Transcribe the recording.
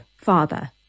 father